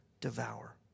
devour